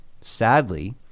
Sadly